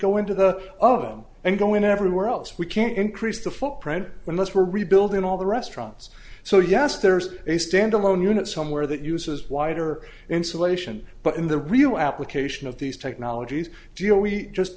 go into the oven and going everywhere else we can increase the footprint when this we're rebuilding all the restaurants so yes there's a standalone unit somewhere that uses wider insulation but in the real application of these technologies geo we just